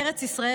ארץ ישראל,